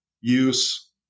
use